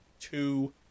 two